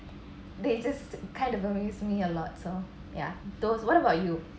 they just kind of amaze me a lot so ya those what about you